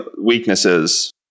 weaknesses